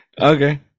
Okay